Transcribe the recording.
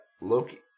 Loki